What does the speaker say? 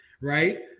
right